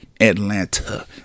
Atlanta